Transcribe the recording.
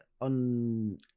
on